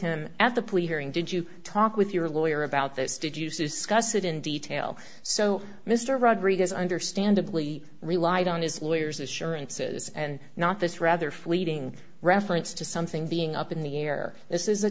hearing did you talk with your lawyer about this deduces discuss it in detail so mr rodriguez understandably relied on his lawyers assurances and not this rather fleeting reference to something being up in the air this is a